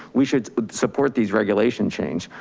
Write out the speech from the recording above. we should support these regulation change.